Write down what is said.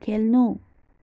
खेल्नु